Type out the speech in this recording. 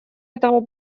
этого